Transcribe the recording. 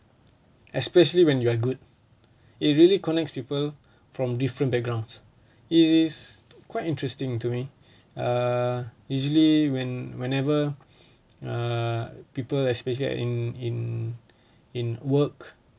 especially when you're good it really connects people from different backgrounds it is quite interesting to me err easily when whenever err people especially uh in in in work